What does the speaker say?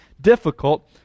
difficult